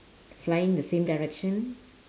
flying the same direction